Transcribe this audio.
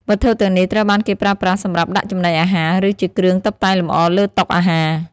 វត្ថុទាំងនេះត្រូវបានគេប្រើប្រាស់សម្រាប់ដាក់ចំណីអាហារ ឬជាគ្រឿងតុបតែងលម្អលើតុអាហារ។